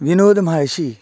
Vinod Mhalshi